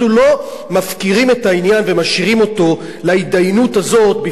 אנחנו לא מפקירים את העניין ומשאירים אותו להתדיינות הזאת,